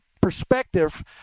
perspective